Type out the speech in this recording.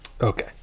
Okay